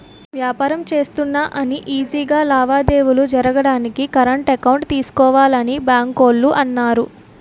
వ్యాపారం చేస్తున్నా అని ఈజీ గా లావాదేవీలు జరగడానికి కరెంట్ అకౌంట్ తీసుకోవాలని బాంకోల్లు అన్నారు